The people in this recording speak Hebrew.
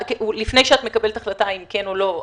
לפני שאת מקבלת החלטה אם כן או לא,